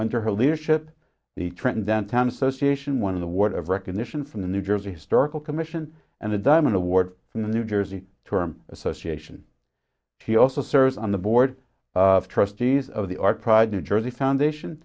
under her leadership the trenton downtown association one of the word of recognition from the new jersey historical commission and the diamond award from the new jersey term association he also serves on the board of trustees of the art pride new jersey foundation